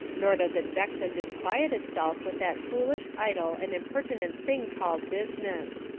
nor does it vex and disquiet itself with that foolish, idle and impertinent thing called business.